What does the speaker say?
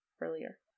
earlier